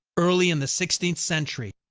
early in the sixteenth century.